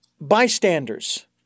bystanders